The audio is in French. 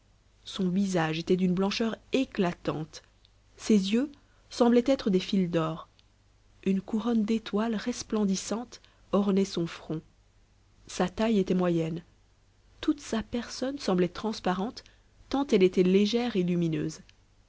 son visage était d'une blancheur éclatante ses cheveux semblaient être des fils d'or une couronne d'étoiles resplendissantes ornait son front sa taille était moyenne toute sa personne semblait transparente tant elle était légère et lumineuse